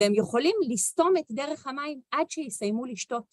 הם יכולים לסתום את דרך המים עד שיסיימו לשתות.